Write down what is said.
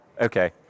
Okay